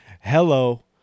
Hello